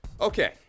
Okay